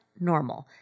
normal